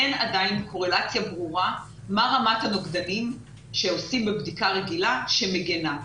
עדיין אין קורלציה ברורה מה רמת הנוגדנים שעושים בבדיקה רגילה שמגנה.